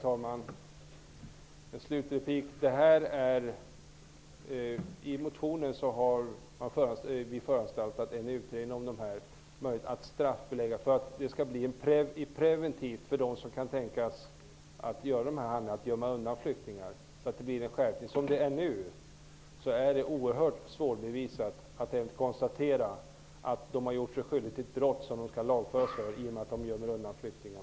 Herr talman! I motionen har vi föranstaltat om en utredning av möjligheten att straffbelägga detta i preventivt syfte för dem som kan tänkas att gömma undan flyktingar. Det innebär en skärpning. Som det är nu är det oerhört svårt att bevisa att de, i och med att de har gömt undan flyktingar, gjort sig skyldiga till ett brott som de skall lagföras för.